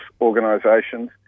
organisations